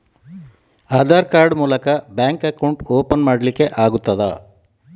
Aadhaar card ಮೂಲಕ bank account open ಮಾಡಲಿಕ್ಕೆ ಆಗುತಾ?